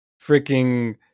freaking